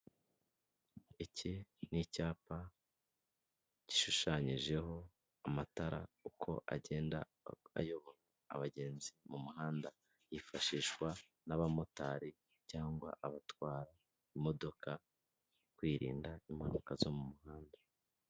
Iki ni icyapa gishushanyijeho amatara uko agenda ayobora abagenzi mu muhanda yifashishwa n'abamotari cyangwa abatwara imodoka kwirinda impanuka zo mu muhanda.